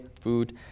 food